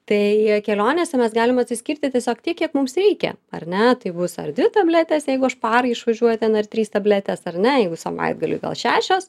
tai kelionėse mes galim atsiskirti tiesiog tiek kiek mums reikia ar ne tai bus ar dvi tabletės jeigu aš parai išvažiuoju ten ar trys tabletės ar ne jeigu savaitgaliui gal šešios